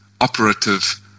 operative